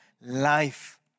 life